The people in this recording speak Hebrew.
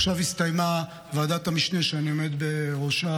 עכשיו הסתיימה ישיבת ועדת המשנה שאני עומד בראשה,